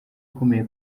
akomeye